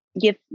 give